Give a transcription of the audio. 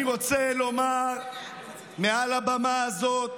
אני רוצה לומר מעל לבמה הזאת